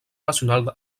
nacional